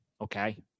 Okay